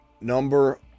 number